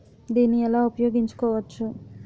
దీన్ని ఎలా ఉపయోగించు కోవచ్చు?